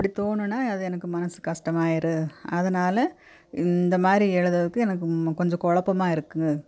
அப்படி தோணினா அது எனக்கு மனசு கஷ்டமாயிரும் அதனால இந்த மாதிரி எழுதுறதுக்கு எனக்கு கொஞ்சம் கொழப்பமா இருக்குது